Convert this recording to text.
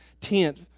tent